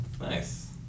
Nice